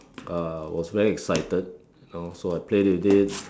uh was very excited you know so I played with it